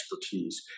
expertise